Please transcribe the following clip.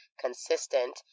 consistent